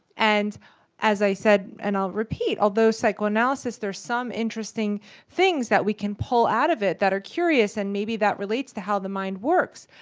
and as i said, and i'll repeat, although psychoanalysis there's some interesting things that we can pull out of it that are curious and maybe that relates to how the mind works,